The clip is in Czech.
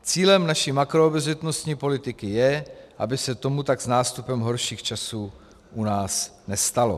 Cílem naší makroobezřetnostní politiky je, aby se tomu tak s nástupem horších časů u nás nestalo.